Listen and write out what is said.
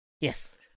Yes